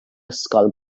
ysgol